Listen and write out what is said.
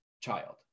child